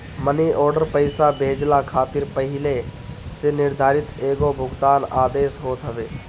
मनी order पईसा भेजला खातिर पहिले से निर्धारित एगो भुगतान आदेश होत हवे